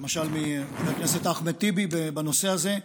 למשל מחבר הכנסת אחמד טיבי, בנושא הזה,